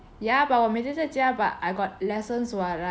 ya but 我每天在家 but I got lessons [what] like